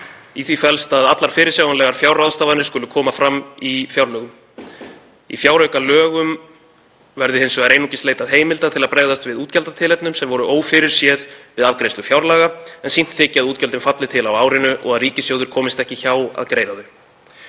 Í því felst að allar fyrirsjáanlegar fjárráðstafanir skuli koma fram í fjárlögum. Í fjáraukalögum verði hins vegar einungis leitað heimilda til að bregðast við útgjaldatilefnum sem voru ófyrirséð við afgreiðslu fjárlaga en sýnt þyki að útgjöldin falli til á árinu og að ríkissjóður komist ekki hjá að greiða þau.“